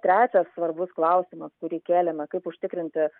trečias svarbus klausimas kurį kėlėme kaip užtikrinti